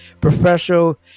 professional